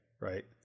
right